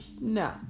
No